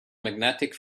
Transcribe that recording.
magnetic